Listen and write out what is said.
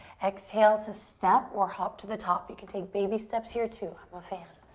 exhale to step or hop to the top. you can take baby steps here, too. i'm a fan.